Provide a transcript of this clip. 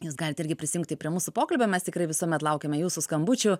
jūs galit irgi prisijungti prie mūsų pokalbio mes tikrai visuomet laukiame jūsų skambučių